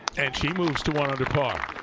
and she moved to one under par.